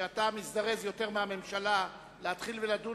שאתה מזדרז יותר מהממשלה להתחיל ולדון